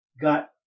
got